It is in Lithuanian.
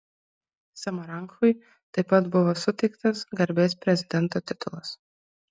samaranchui taip pat buvo suteiktas garbės prezidento titulas